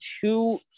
two